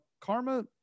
karma